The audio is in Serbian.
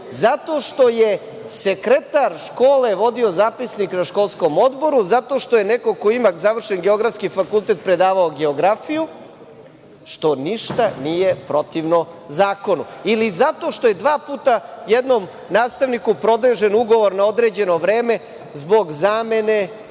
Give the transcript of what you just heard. zato što je sekretar škole vodio zapisnik na školskom odboru. Zato što je neko ko ima završen Geografski fakultet predavao geografu, što nije ništa protivno zakonu. Ili zato što je dva puta jednom nastavniku produžen ugovor na određeno vreme zbog zamene